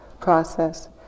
process